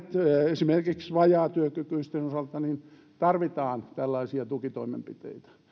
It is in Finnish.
esimerkiksi vajaatyökykyisten osalta tarvitaan tällaisia tukitoimenpiteitä